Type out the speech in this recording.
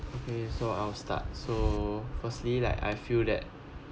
okay so I'll start so firstly like I feel that